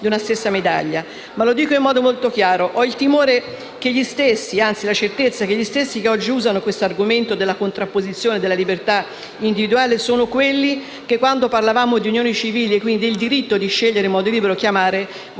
di una stessa medaglia. Lo dico in modo molto chiaro: ho la certezza che gli stessi che oggi usano l'argomento della contrapposizione della libertà individuale sono quelli che, quando parlavamo di unioni civili e del diritto di scegliere in modo libero chi amare,